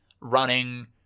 running